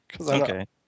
Okay